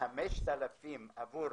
5,000 עבור